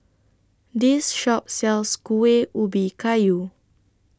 This Shop sells Kuih Ubi Kayu